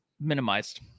minimized